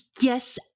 Yes